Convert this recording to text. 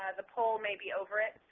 and the poll may be over it.